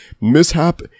Mishap